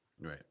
Right